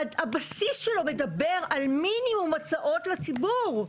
הבסיס שלה מדבר על מינימום הוצאות לציבור,